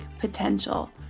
potential